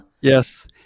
yes